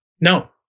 No